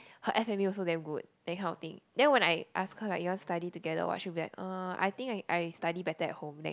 her F and B also damn good that kinf of thing then when I ask her like you want to study together !wah! she'll be like uh I think I study better at home then